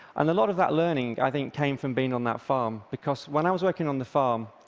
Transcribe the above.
and a lot of that learning, i think, came from being on that farm, because when i was working on the farm,